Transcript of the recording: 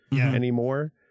anymore